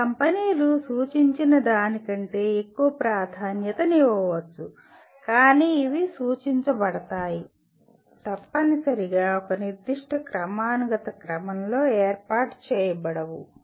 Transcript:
కొన్ని కంపెనీలు సూచించిన దానికంటే ఎక్కువ ప్రాధాన్యతనివ్వవచ్చు కానీ ఇవి సూచించబడతాయి తప్పనిసరిగా ఒక నిర్దిష్ట క్రమానుగత క్రమంలో ఏర్పాటు చేయబడవు